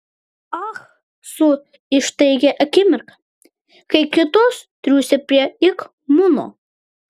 ah su ištaikė akimirką kai kitos triūsė prie ik muno